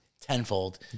tenfold